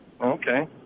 Okay